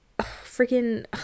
freaking